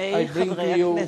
לפני חברי הכנסת.